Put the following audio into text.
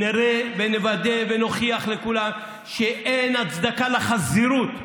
נראה ונוודא ונוכיח לכולם שאין הצדקה לחזירות,